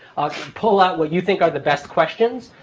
pull out what you think are the best questions,